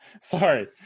sorry